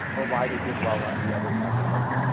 or why they did well on the other sections.